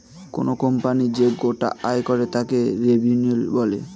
কোনো কোম্পানি যে গোটা আয় করে তাকে রেভিনিউ বলে